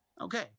Okay